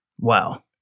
Wow